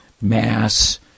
mass